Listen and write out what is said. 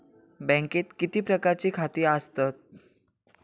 बँकेत किती प्रकारची खाती आसतात?